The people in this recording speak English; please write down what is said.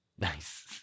Nice